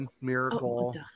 Miracle